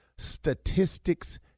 statistics